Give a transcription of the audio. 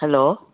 hello